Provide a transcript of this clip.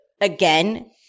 again